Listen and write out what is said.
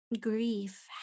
grief